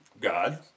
God